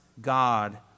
God